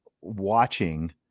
watching